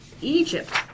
Egypt